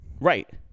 Right